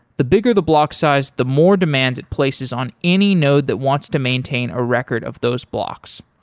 the bigger the block size, the more demands it places on any node that wants to maintain a record of those blocks.